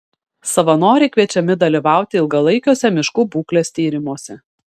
savanoriai kviečiami dalyvauti ilgalaikiuose miškų būklės tyrimuose